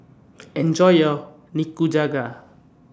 Enjoy your Nikujaga